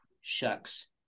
shucks